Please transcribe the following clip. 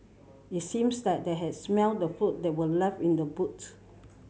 it seems that they has smelt the food that were left in the boots